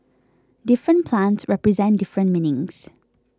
different plants represent different meanings